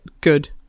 good